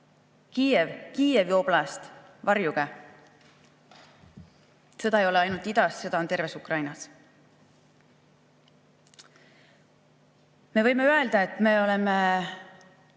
Kiiev Kiievi oblastis: varjuge. Sõda ei ole ainult idas, sõda on terves Ukrainas. Me võime öelda, et me oleme